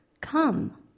Come